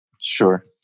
Sure